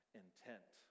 intent